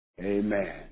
Amen